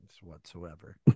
whatsoever